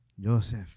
Joseph